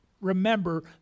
Remember